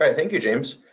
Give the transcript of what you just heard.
ah thank you, james.